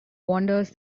wanders